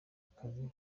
akazi